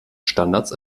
standards